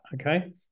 okay